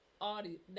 audio